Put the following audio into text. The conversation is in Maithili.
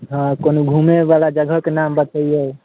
हँ तनि घुमैवला जगहके नाम बतैऔ